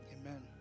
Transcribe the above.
amen